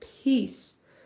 peace